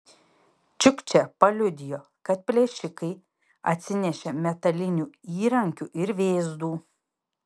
čiukčė paliudijo kad plėšikai atsinešė metalinių įrankių ir vėzdų